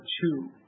two